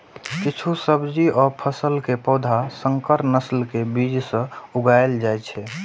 किछु सब्जी आ फसल के पौधा संकर नस्ल के बीज सं उगाएल जाइ छै